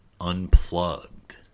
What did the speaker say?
unplugged